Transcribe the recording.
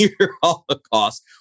holocaust